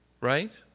right